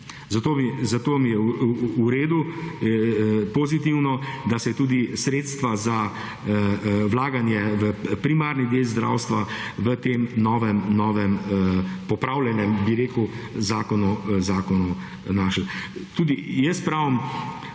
Zato mi je v redu, pozitivno, da se tudi sredstva za vlaganje v primarni del zdravstva v tem novem popravljenem bi rekel zakonu našlo.